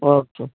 okay